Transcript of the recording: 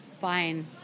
fine